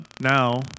Now